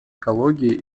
экологии